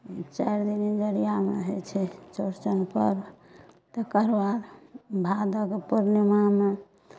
चारि दिन इजोरिआमे होइ छै चौरचन पर्व तकर बाद भादवके पूर्णिमामे